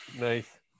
Nice